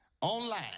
online